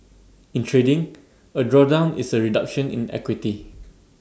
in trading A drawdown is A reduction in equity